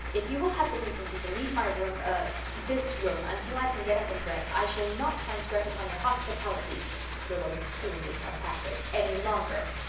if you will have the decency to leave my room er ah this room until i can get up and dress i shall not transgress upon your hospitality rilla was killingly sarcastic any longer.